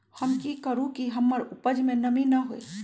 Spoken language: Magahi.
हम की करू की हमर उपज में नमी न होए?